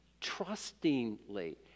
trustingly